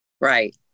Right